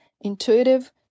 intuitive